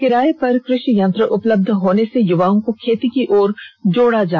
किराए पर कृषि यंत्र उपलब्ध होने से युवाओं को खेती की ओर जोड़ा जा सकता है